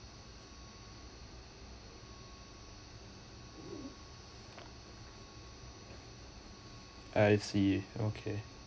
I see okay